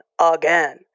Again